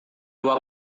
dua